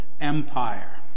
Empire